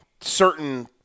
certain